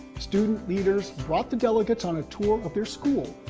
student leaders brought the delegates on a tour of their school,